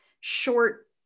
short